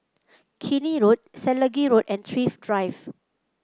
Keene Road Selegie Road and Thrift Drive